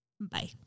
Bye